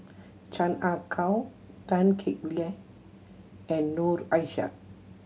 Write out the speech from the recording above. Chan Ah Kow Tan Kek and Noor Aishah